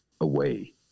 away